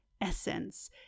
Essence